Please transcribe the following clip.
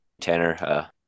Tanner